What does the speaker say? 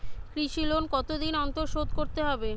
কৃষি লোন কতদিন অন্তর শোধ করতে হবে?